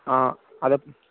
ஆ அதப்